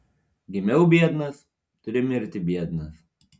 gimiau biednas turiu mirti biednas